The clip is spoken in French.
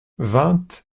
vingt